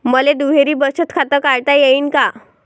मले दुहेरी बचत खातं काढता येईन का?